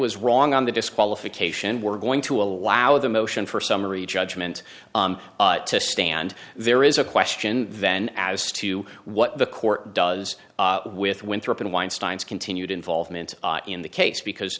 was wrong on the disqualification we're going to allow the motion for summary judgment to stand there is a question then as to what the court does with winthrop and weinstein's continued involvement in the case because